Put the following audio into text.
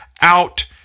out